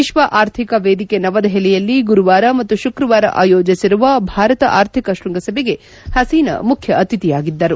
ವಿಶ್ವ ಆರ್ಥಿಕ ವೇದಿಕೆ ನವದೆಹಲಿಯಲ್ಲಿ ಗುರುವಾರ ಮತ್ತು ಶುಕ್ರವಾರ ಆಯೋಜಿಸಿರುವ ಭಾರತ ಆರ್ಥಿಕ ಶ್ಬಂಗಸಭೆಗೆ ಹಸೀನಾ ಮುಖ್ಯ ಆತಿಥಿಯಾಗಿದ್ದಾರೆ